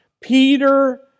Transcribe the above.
Peter